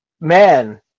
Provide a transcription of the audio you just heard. man